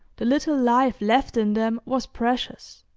the little life left in them was precious,